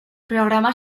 programa